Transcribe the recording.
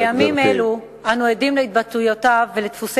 בימים אלו אנו עדים להתבטאויותיו ולדפוסי